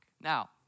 Now